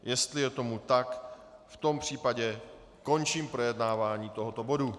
Jestli je tomu tak, v tom případě končím projednávání tohoto bodu.